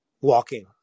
Walking